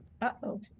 Uh-oh